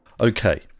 Okay